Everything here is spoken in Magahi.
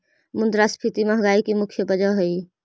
मुद्रास्फीति महंगाई की मुख्य वजह हई